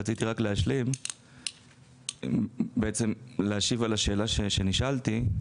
רציתי להשלים ולהשיב על השאלה שנשאלתי.